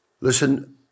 Listen